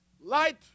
Light